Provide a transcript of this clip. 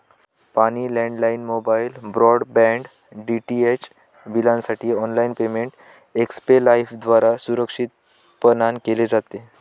पाणी, landline, mobile, broadband, DTH बिलांसाठी online payment Xpay लाइफद्वारा सुरक्षितपणान केले जाते